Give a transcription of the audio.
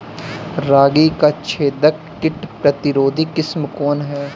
रागी क छेदक किट प्रतिरोधी किस्म कौन ह?